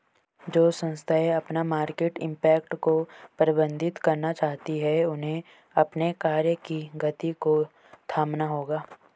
जो संस्थाएं अपना मार्केट इम्पैक्ट को प्रबंधित करना चाहती हैं उन्हें अपने कार्य की गति को थामना होगा